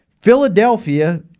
Philadelphia